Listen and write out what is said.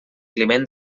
climent